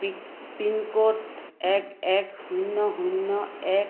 pincode এক এক শূন্য শূন্য এক